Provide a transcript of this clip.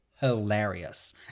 hilarious